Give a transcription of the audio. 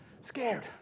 scared